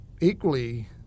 equally